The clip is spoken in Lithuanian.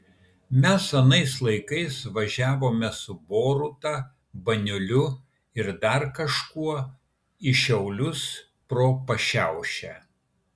mes anais laikais važiavome su boruta baniuliu ir dar kažkuo į šiaulius pro pašiaušę